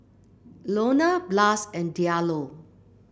Ilona Blas and Diallo